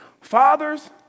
Fathers